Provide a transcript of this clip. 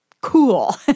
cool